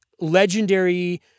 legendary